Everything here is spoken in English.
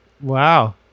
Wow